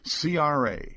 CRA